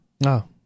No